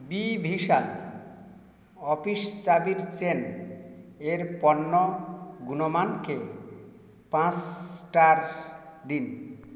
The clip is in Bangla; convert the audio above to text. বি ভিশাল অফিস চাবির চেন এর পণ্য গুণমানকে পাঁচ স্টার দিন